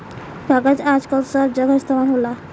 कागज आजकल सब जगह इस्तमाल होता